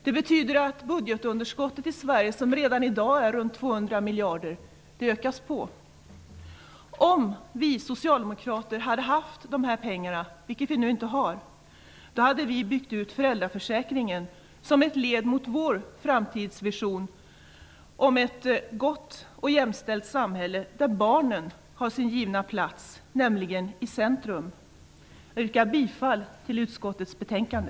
Det betyder att budgetunderskottet i Sverige, som redan i dag är runt 200 miljarder, ökas på. Om vi socialdemokrater hade haft dessa pengar -- vilket vi inte har -- skulle vi ha byggt ut föräldraförsäkringen som ett led i vår strävan mot vår framtidsvision om ett gott och jämställt samhälle där barnen har sin givna plats, nämligen i centrum. Jag yrkar bifall till hemställan i utskottets betänkande.